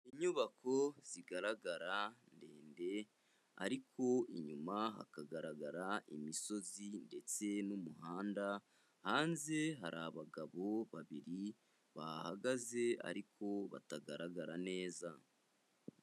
Inyubako zigaragara ndende ariko inyuma hakagaragara imisozi ndetse n'umuhanda, hanze hari abagabo babiri bahagaze ariko batagaragara neza.